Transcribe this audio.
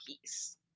peace